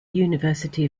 university